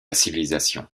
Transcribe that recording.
civilisation